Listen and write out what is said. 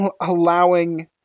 allowing